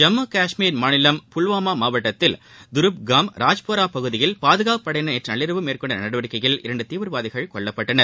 ஜம்மு கஷ்மீர் மாநிலம் புல்வாமா மாவட்டத்தில் துருப்காம் ராஜ்போரா பகுதியில் பாதுகாப்பு படையினர் நேற்று நள்ளிரவு மேற்கொண்ட நடவடிக்கையில் இரண்டு தீவிரவாதிகள் கொல்லப்பட்டனர்